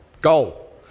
goal